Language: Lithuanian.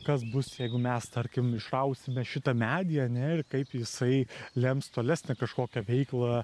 kas bus jeigu mes tarkim išrausime šitą medį ane ir kaip jisai lems tolesnę kažkokią veiklą